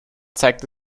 zeigte